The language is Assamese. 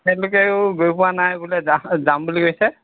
তেখেতলোকেও গৈ পোৱা নাই বোলে যা যাম বুলি কৈছে